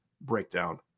Breakdown